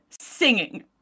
singing